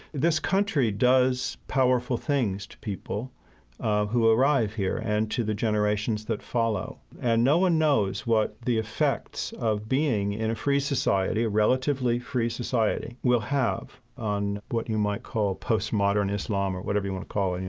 this country does powerful things to people ah who arrive here and to the generations that follow. and no one knows what the effects of being in a free society, a relatively free society, will have on what you might call postmodern islam or whatever you want to call it, you